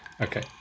Okay